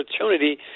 opportunity